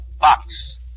Box